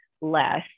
less